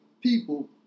people